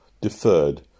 deferred